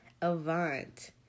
Avant